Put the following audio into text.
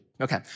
Okay